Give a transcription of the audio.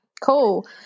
cool